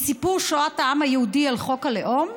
מסיפור שואת העם היהודי, אל חוק הלאום?